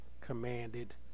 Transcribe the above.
commanded